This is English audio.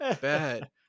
bad